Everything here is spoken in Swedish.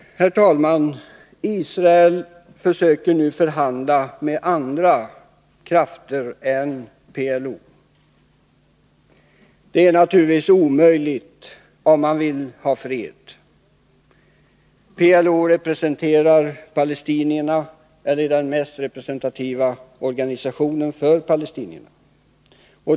Herr talman! Israel försöker nu förhandla med andra krafter än PLO. Det är naturligtvis omöjligt, om man vill ha fred. PLO representerar palestinierna eller den mest representativa organisationen för palestinierna.